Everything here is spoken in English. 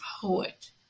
poet